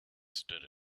stood